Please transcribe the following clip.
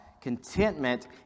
Contentment